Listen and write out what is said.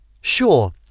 Sure